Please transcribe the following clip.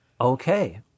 Okay